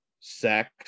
sex